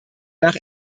nach